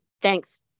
Thanks